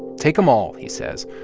take them all, he says.